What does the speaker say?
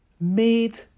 made